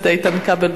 2011,